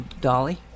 Dolly